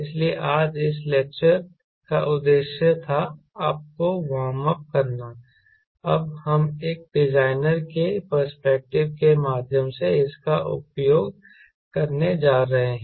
इसलिए आज इस लेक्चर का उद्देश्य था आपको वार्म अप करना अब हम एक डिजाइनर के पर्सपेक्टिव के माध्यम से इसका उपयोग करने जा रहे हैं